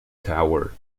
tower